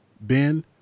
Ben